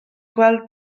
gweld